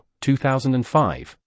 2005